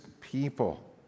people